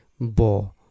bo